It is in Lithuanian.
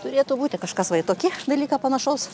turėtų būti kažkas va į tokį dalyką panašaus